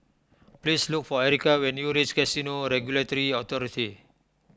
please look for Erika when you reach Casino Regulatory Authority